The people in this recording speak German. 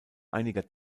einiger